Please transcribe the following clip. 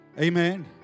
Amen